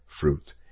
fruit